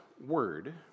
Word